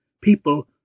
people